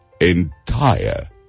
entire